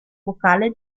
vocale